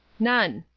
none.